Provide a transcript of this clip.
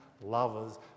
lovers